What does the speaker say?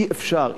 אי-אפשר.